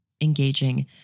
engaging